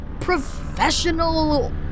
Professional